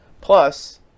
Plus